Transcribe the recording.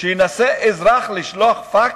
שינסה אזרח לשלוח פקס.